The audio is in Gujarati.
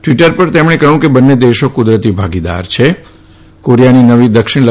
વીટર પર તેમણે કહ્યું કેટ બંને દેશો કુદરતી ભાગીદાર છેકોરિયાની નવી દક્ષિણલ